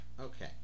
Okay